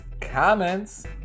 comments